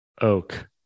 oak